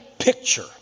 picture